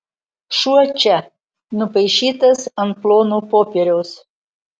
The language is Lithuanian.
šuo čia nupaišytas ant plono popieriaus